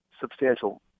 substantial